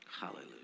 Hallelujah